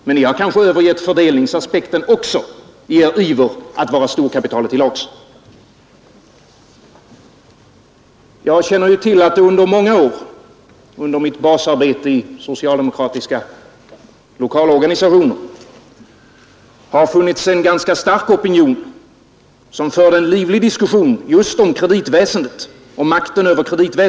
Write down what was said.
Men ni har kanske övergett fördelningsaspekten också, i er iver att vara storkapitalet till lags? Från mitt basarbete i socialdemokratiska lokalorganisationer känner jag till att det under många år funnits en ganska stark opinion som fört en livlig diskussion just om kreditväsendet och makten över detta.